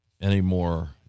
anymore